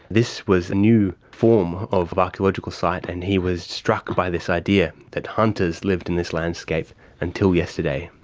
this was a new form of archaeological site and he was struck by this idea that hunters lived in this landscape until yesterday,